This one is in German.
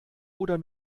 oder